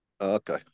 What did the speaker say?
Okay